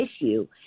issue